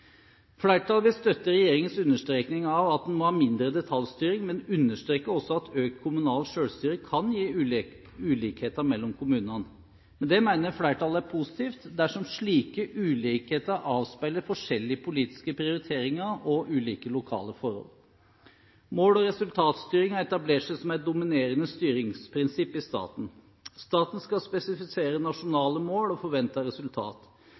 Flertallet vil støtte regjeringens understreking av at man må ha mindre detaljstyring, men understreker også at økt kommunalt selvstyre kan gi ulikheter mellom kommunene. Men det mener flertallet er positivt, dersom slike ulikheter avspeiler forskjellige politiske prioriteringer og ulike lokale forhold. Mål- og resultatstyring har etablert seg som et dominerende styringsprinsipp i staten. Staten skal spesifisere nasjonale mål og